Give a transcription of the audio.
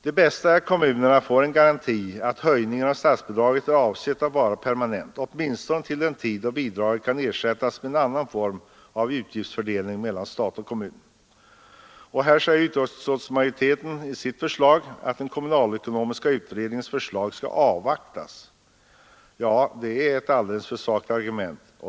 Det bästa är att kommunerna får en garanti för att höjningen av statsbidraget är avsett att vara permanent, åtminstone till den tid då bidraget kan ersättas genom en annan form av utgiftsfördelning mellan stat och kommun. Utskottsmajoriteten säger på den punkten att den kommunalekonomiska utredningens förslag skall avvaktas. Det är ett alldeles för svagt argument.